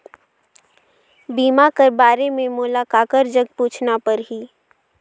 बीमा कर बारे मे मोला ककर जग पूछना परही?